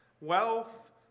wealth